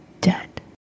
dead